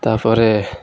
ତା'ପରେ